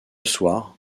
soir